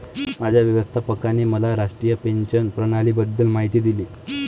माझ्या व्यवस्थापकाने मला राष्ट्रीय पेन्शन प्रणालीबद्दल माहिती दिली